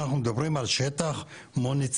אנחנו מדברים על שטח מוניציפלי,